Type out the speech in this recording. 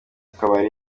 kabari